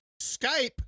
Skype